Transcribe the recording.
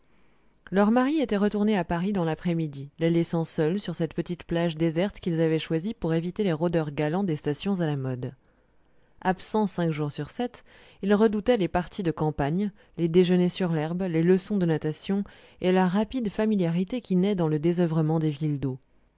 leurs maris étaient retournés à paris dans l'après-midi les laissant seules sur cette petite plage déserte qu'ils avaient choisie pour éviter les rôdeurs galants des stations à la mode absents cinq jours sur sept ils redoutaient les parties de campagne les déjeuners sur l'herbe les leçons de natation et la rapide familiarité qui naît dans le désoeuvrement des villes d'eaux